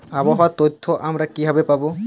আবহাওয়ার তথ্য আমরা কিভাবে পাব?